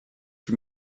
for